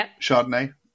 Chardonnay